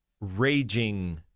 raging